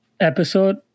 episode